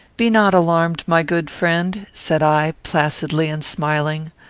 be not alarmed, my good friend, said i, placidly and smiling.